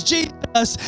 Jesus